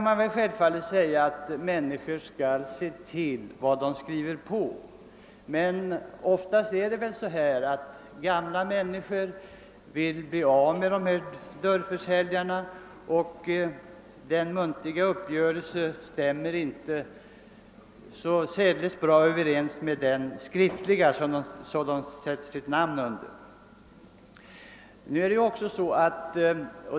Man kan säga att människor måste se upp med vad de skriver på, men oftast är det gamla som drabbas; de skriver på därför att de vill bli av med försäljarna. Den muntliga uppgörelsen stämmer heller inte alltid med den skriftliga som köparen sätter sitt namn under.